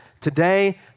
Today